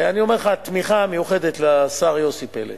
אני אומר לך, תמיכה מיוחדת מהשר יוסי פלד,